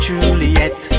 Juliet